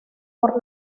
por